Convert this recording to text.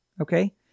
okay